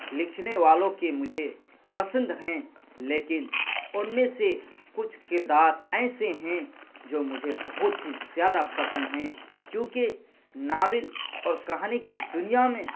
لکھنے والوں کے مجھے پسند ہیں لیکن ان میں سے کچھ کردار ایسے ہیں جو مجھے بہت ہی زیادہ پسند ہیں چوں کہ ناول اور کہانی کی دنیا میں